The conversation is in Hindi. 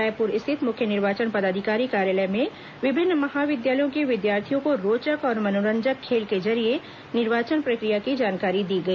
रायपुर स्थित मुख्य निर्वाचन पदाधिकारी कार्यालय में विभिन्न महाविद्यालयों के विद्यार्थियों को रोचक और मनोरंजक खेल के जरिये निर्वाचन प्रक्रिया की जानकारी दी गई